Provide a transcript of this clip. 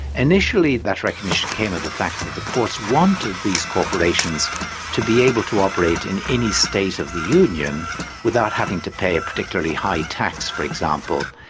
initially that recognition came of the fact that the courts wanted these corporations to be able to operate in any state of the union without having to pay a particularly high tax, for example,